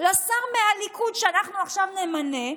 לשר מהליכוד שאנחנו עכשיו נמנה,